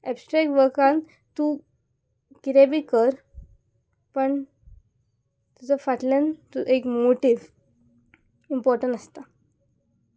abstract वर्कान तूं कितें बी कर पण तुजो फाटल्यान तुजो एक मोटीव इम्पोर्टंट आसता